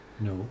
No